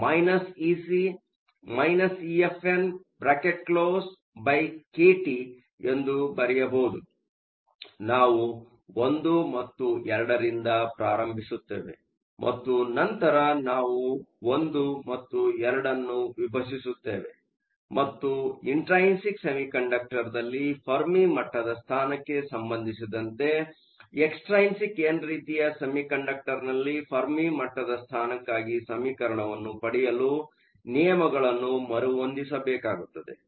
ಆದ್ದರಿಂದ ನಾವು 1 ಮತ್ತು 2 ರಿಂದ ಪ್ರಾರಂಭಿಸುತ್ತೇವೆ ಮತ್ತು ನಂತರ ನಾವು 1 ಮತ್ತು 2 ಅನ್ನು ವಿಭಜಿಸುತ್ತೇವೆ ಮತ್ತು ಇಂಟ್ರೈನ್ಸಿಕ್ ಸೆಮಿಕಂಡಕ್ಟರ್ದಲ್ಲಿ ಫೆರ್ಮಿ ಮಟ್ಟದ ಸ್ಥಾನಕ್ಕೆ ಸಂಬಂಧಿಸಿದಂತೆ ಎಕ್ಸ್ಟ್ರೈನ್ಸಿಕ್ ಎನ್ ರೀತಿಯ ಸೆಮಿಕಂಡಕ್ಟರ್ನಲ್ಲಿ ಫೆರ್ಮಿ ಮಟ್ಟದ ಸ್ಥಾನಕ್ಕಾಗಿ ಸಮೀಕರಣವನ್ನು ಪಡೆಯಲು ನಿಯಮಗಳನ್ನು ಮರುಹೊಂದಿಸಬೇಕಾಗುತ್ತದೆ